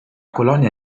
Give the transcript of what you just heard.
colonia